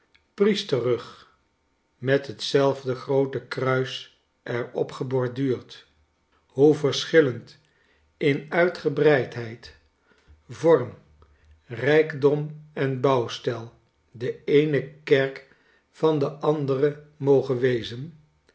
priesterrug met hetzelfde groote kruis er op geborduurd hoe verschillend in uitgebreidheid vorm rijkdom en bouwstijl de eene kerk van de andere moge wezen